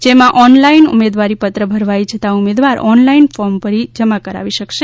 જેમાં ઓનલાઇન ઉમેદવારીપત્ર ભરવા ઇચ્છતા ઉમેદવાર ઓનલાઇન ફોર્મ ભરી જમા કરાવી શકશે